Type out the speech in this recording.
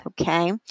okay